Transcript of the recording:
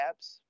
apps